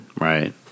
Right